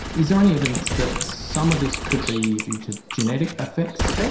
is there any evidence that some of this could be due to genetic effects?